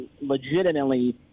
legitimately